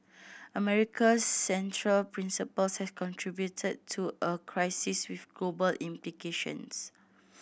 America central principles has contributed to a crisis with global implications